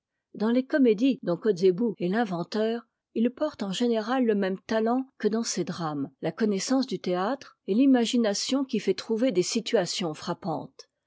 dans les comédies dont kotzebue est l'inventeur il porte en générât le même talent que dans ses drames la connaissance du théâtre et l'imagination qui fait trouver des situations frappantes